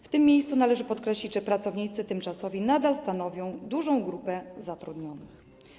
W tym miejscu należy podkreślić, że pracownicy tymczasowi nadal stanowią dużą grupę zatrudnionych.